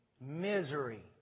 misery